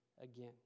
again